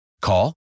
Call